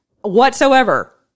whatsoever